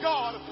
God